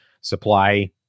supply